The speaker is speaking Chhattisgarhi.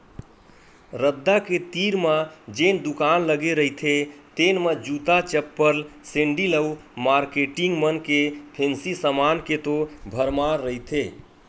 रद्दा के तीर म जेन दुकान लगे रहिथे तेन म जूता, चप्पल, सेंडिल अउ मारकेटिंग मन के फेंसी समान के तो भरमार रहिथे